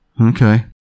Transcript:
Okay